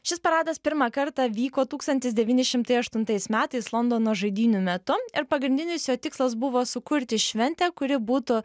šis paradas pirmą kartą vyko tūkstantis devyni šimtai aštuntais metais londono žaidynių metu ir pagrindinis jo tikslas buvo sukurti šventę kuri būtų